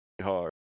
hard